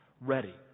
ready